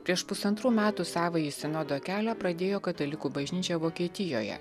prieš pusantrų metų savąjį sinodo kelią pradėjo katalikų bažnyčia vokietijoje